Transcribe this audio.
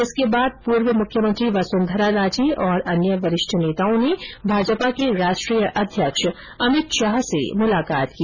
इसके बाद पूर्व मुख्यमंत्री वसुंधरा राजे तथा अन्य वरिष्ठ नेताओं ने भाजपा के राष्ट्रीय अध्यक्ष अमित शाह से मुलाकात की